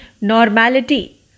Normality